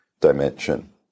dimension